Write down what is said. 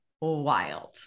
wild